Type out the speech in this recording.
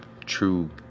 true